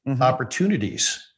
opportunities